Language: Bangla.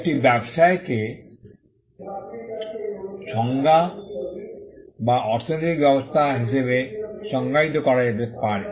একটি ব্যবসায়কে সংজ্ঞা বা অর্থনৈতিক ব্যবস্থা হিসাবে সংজ্ঞায়িত করা যেতে পারে